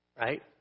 Right